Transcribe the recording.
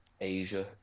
asia